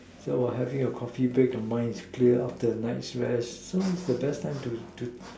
so while having a Coffee break your mind is clear after a night's rest so it's the best time to to